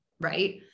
right